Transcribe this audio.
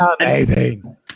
Amazing